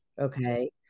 okay